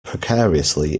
precariously